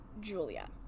Julia